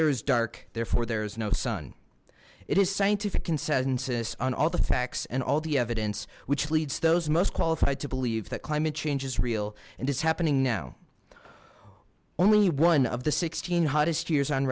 there is dark therefore there is no sun it is scientific consensus on all the facts and all the evidence which leads those most qualified to believe that climate change is real and is happening now only one of the sixteen hottest years on